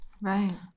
Right